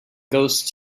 ghost